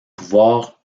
pouvoirs